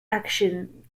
action